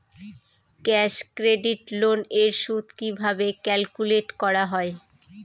Cash credit loan এর সুদ কিভাবে ক্যালকুলেট করা হয়?